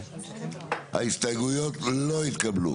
הצבעה ההסתייגויות נדחו ההסתייגויות לא התקבלו.